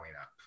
up